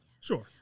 Sure